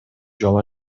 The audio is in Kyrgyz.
жол